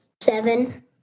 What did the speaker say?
seven